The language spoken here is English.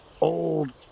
old